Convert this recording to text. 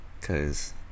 Cause